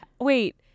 Wait